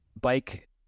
Bike